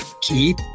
keep